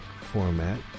format